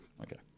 Okay